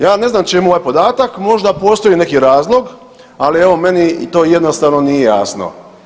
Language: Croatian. Ja ne znam čemu ovaj podatak, možda postoji neki razlog, ali evo meni to jednostavno nije jasno.